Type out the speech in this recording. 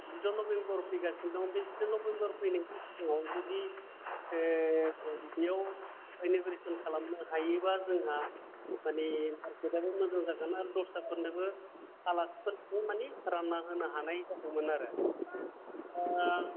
जिद' नबेम्बर फैगासिनो दं बे जिद' नबेम्बर फैनायनि सिगाङाव जुदि बेवाव एन'गेरेसन खालामनो हायोबा जोंहा माने सानसेबाबो मोजां जागोन आरो दस्राफोरनोबो आलासिफोरनोबो माने राननानै होनो हानाय जागौमोन आरो दा